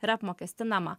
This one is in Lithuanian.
yra apmokestinama